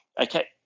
Okay